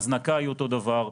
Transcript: ההזנקה היא אותו דבר.